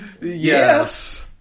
Yes